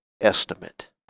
estimate